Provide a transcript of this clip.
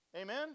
Amen